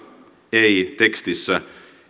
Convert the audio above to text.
ei tekstissä